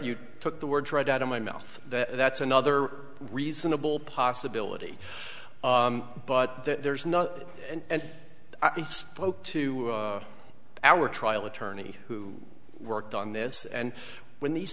you took the words right out of my mouth that that's another reasonable possibility but there's not and i spoke to our trial attorney who worked on this and when these